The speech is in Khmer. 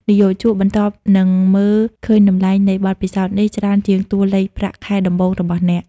និយោជកបន្ទាប់នឹងមើលឃើញតម្លៃនៃបទពិសោធន៍នេះច្រើនជាងតួលេខប្រាក់ខែដំបូងរបស់អ្នក។